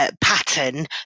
Pattern